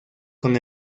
con